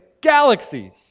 galaxies